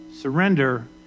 Surrender